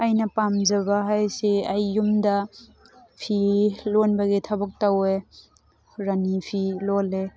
ꯑꯩꯅ ꯄꯥꯝꯖꯕ ꯍꯥꯏꯁꯤ ꯑꯩ ꯌꯨꯝꯗ ꯐꯤ ꯂꯣꯟꯕꯒꯤ ꯊꯕꯛ ꯇꯧꯋꯦ ꯔꯥꯅꯤ ꯐꯤ ꯂꯣꯜꯂꯦ